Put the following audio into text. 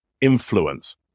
influence